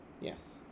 Yes